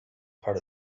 part